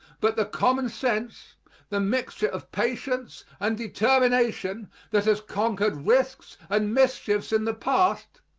but the common-sense, the mixture of patience and determination that has conquered risks and mischiefs in the past,